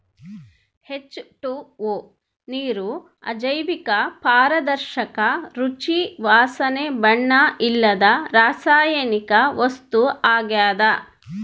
H two O ನೀರು ಅಜೈವಿಕ ಪಾರದರ್ಶಕ ರುಚಿ ವಾಸನೆ ಬಣ್ಣ ಇಲ್ಲದ ರಾಸಾಯನಿಕ ವಸ್ತು ಆಗ್ಯದ